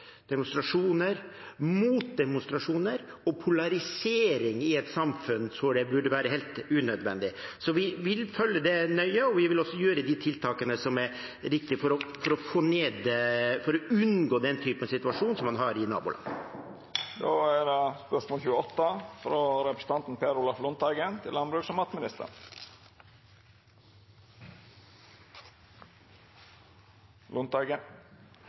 demonstrasjoner, motdemonstrasjoner og polarisering i et samfunn hvor det burde være helt unødvendig. Så vi vil følge det nøye, og vi vil også sette inn de tiltakene som er riktige for å unngå den typen situasjon som man har i nabolandene. «Statsråden har i Stortinget 7. november 2018 bekrefta at setningen «Jordbruket må redusere utslipp per